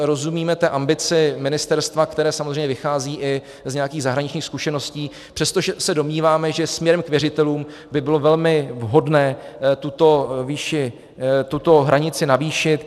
Rozumíme té ambici ministerstva, které samozřejmě vychází i z nějakých zahraničních zkušeností, přestože se domníváme, že směrem k věřitelům by bylo velmi vhodné tuto hranici navýšit.